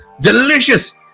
Delicious